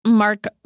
Mark